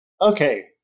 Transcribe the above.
Okay